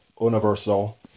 Universal